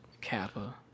Kappa